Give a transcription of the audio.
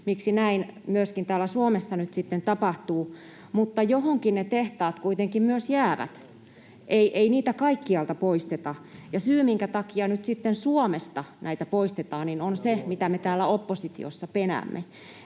miksi näin myöskin täällä Suomessa nyt sitten tapahtuu, mutta johonkin ne tehtaat kuitenkin myös jäävät. Ei niitä kaikkialta poisteta, ja syy, minkä takia nyt sitten Suomesta [Paavo Arhinmäki: Ja Ruotsista!] näitä poistetaan, on se, mitä me täällä oppositiossa penäämme.